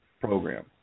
program